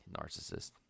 narcissist